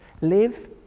Live